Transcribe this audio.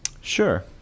sure